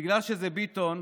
בגלל שזה ביטון,